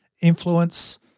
influence